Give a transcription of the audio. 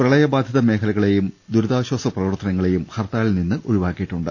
പ്രളയബാധിത മേഖലകളെയും ദുരിതാശ്ചാസ പ്രവർത്തനങ്ങളെ യും ഹർത്താലിൽനിന്ന് ഒഴിവാക്കിയിട്ടുണ്ട്